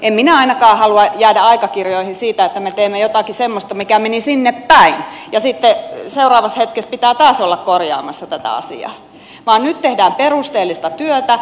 en minä ainakaan halua jäädä aikakirjoihin siitä että me teemme jotakin semmoista mikä meni sinnepäin ja sitten seuraavassa hetkessä pitää taas olla korjaamassa tätä asiaa vaan nyt tehdään perusteellista työtä